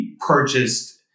purchased